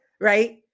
right